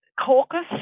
caucus